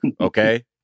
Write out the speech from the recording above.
Okay